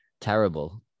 terrible